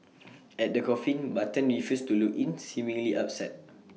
at the coffin button refused to look in seemingly upset